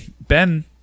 Ben